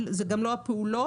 זה גם לא הפעולות.